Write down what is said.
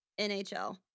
NHL